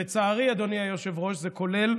לצערי, אדוני היושב-ראש, זה כולל